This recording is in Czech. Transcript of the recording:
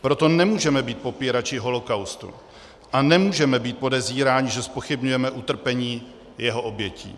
Proto nemůžeme být popírači holocaustu a nemůžeme být podezíráni, že zpochybňujeme utrpení jeho obětí.